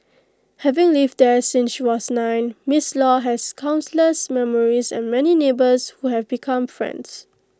having lived there since she was nine miss law has countless memories and many neighbours who have become friends